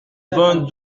vingt